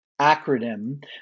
acronym